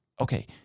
okay